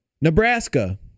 Nebraska